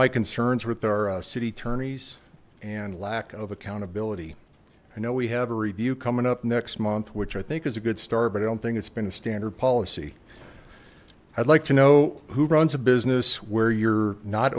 my concerns with our city attorney's and lack of accountability i know we have a review coming up next month which i think is a good start but i don't think it's been a standard policy i'd like to know who runs a business where you're not